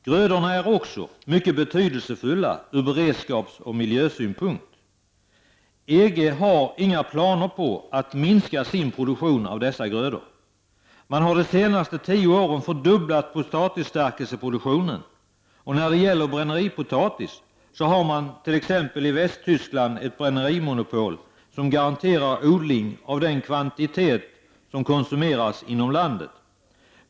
'Grödorna är också mycket betydelsefulla ur beredskapsoch miljösynpunkt. EG har inga planer på att minska sin produktion av dessa grödor. Man har under de senaste tio åren fördubblat potatisstärkelseproduktionen. När det gäller bränneripotatis har man t.ex. i Västtyskland ett brännerimonopol som garanterar odling av den kvantitet som konsumeras inom landet.